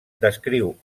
descriu